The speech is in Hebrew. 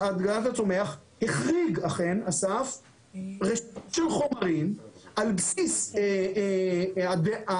החריג רשימה של חומרים על בסיס הידע